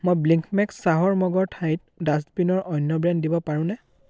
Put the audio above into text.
মই ব্লিংকমেক্স চাহৰ মগৰ ঠাইত ডাষ্টবিনৰ অন্য ব্ৰেণ্ড দিব পাৰোঁনে